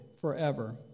forever